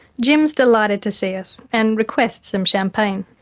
jim is delighted to see us and requests some champagne.